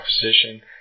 position